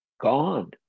gone